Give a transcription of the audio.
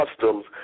customs